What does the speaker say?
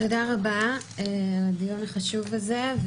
תודה רבה על הדיון החשוב הזה.